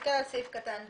תסתכל על סעיף קטן (ב).